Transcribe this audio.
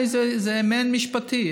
זה מעין-משפטי.